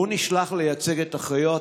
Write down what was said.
והוא נשלח לייצג את החיות